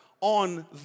on